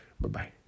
Bye-bye